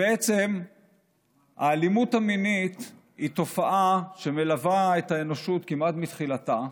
בעצם האלימות המינית היא תופעה שמלווה את האנושות כמעט מתחילתה,